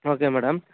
okay madam